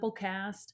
Simplecast